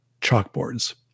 chalkboards